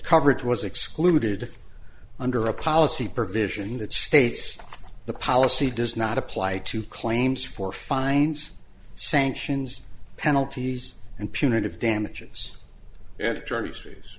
coverage was excluded under a policy provision that states the policy does not apply to claims for fines sanctions penalties and punitive damages